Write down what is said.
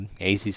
ACC